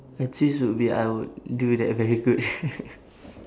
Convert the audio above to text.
a twist would be I would do that very good